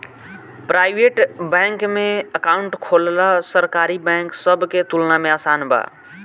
private bank में account खोलल सरकारी बैंक सब के तुलना में आसान बा